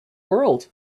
world